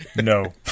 No